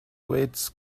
weights